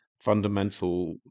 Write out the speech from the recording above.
fundamental